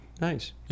Nice